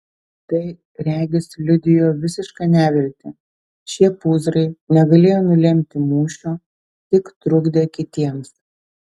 tai regis liudijo visišką neviltį šie pūzrai negalėjo nulemti mūšio tik trukdė kitiems